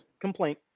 complaint